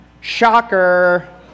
Shocker